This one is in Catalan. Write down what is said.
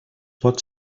pot